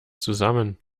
zusammen